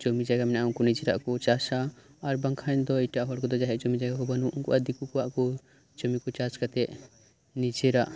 ᱡᱩᱢᱤ ᱡᱟᱭᱜᱟ ᱢᱮᱱᱟᱜᱼᱟ ᱩᱱᱠᱩ ᱱᱤᱡᱮᱨᱟᱜ ᱠᱚ ᱪᱟᱥᱟ ᱟᱨ ᱵᱟᱝ ᱠᱷᱟᱱ ᱫᱚ ᱮᱴᱟᱜ ᱦᱚᱲ ᱠᱚᱫᱚ ᱡᱟᱦᱟᱭᱟᱜ ᱡᱩᱢᱤ ᱡᱟᱭᱜᱟ ᱵᱟᱹᱱᱩᱜ ᱩᱱᱠᱩ ᱫᱤᱠᱩ ᱠᱚᱭᱟᱜ ᱠᱩ ᱡᱩᱢᱤ ᱠᱚ ᱪᱟᱥ ᱠᱟᱛᱮᱫ ᱱᱤᱡᱮᱨᱟᱜ